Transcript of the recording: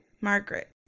Margaret